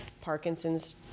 Parkinson's